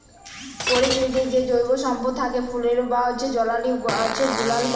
পরকিতির যে জৈব সম্পদ থ্যাকে ফুয়েল বা জালালী গুলান পাই